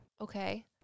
Okay